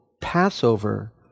Passover